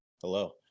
hello